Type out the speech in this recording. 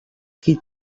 qui